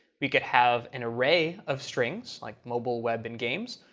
we could have an array of strings, like mobile, web, and games,